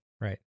right